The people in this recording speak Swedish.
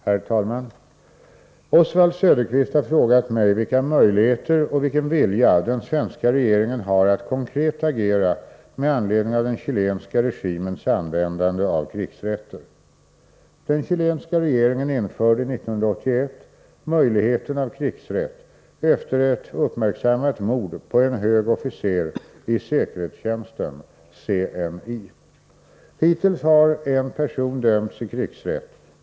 Herr talman! Oswald Söderqvist har frågat mig vilka möjligheter och vilken vilja den svenska regeringen har att konkret agera med anledning av den chilenska regimens användande av krigsrätter. Den chilenska regeringen införde 1981 möjligheten av krigsrätt efter ett uppmärksammat mord på en hög officer i säkerhetstjänsten, CNI. Hittills har en person dömts i krigsrätt.